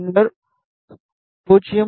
பின்னர் 0